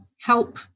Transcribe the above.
help